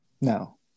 No